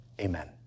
amen